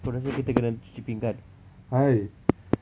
aku rasa kita kena cuci pinggan